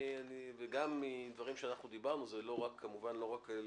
וגם מדברים שדיברנו, זה לא רק על דעתו,